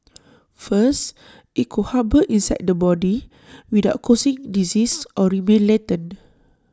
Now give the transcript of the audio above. first IT could harbour inside the body without causing disease or remain latent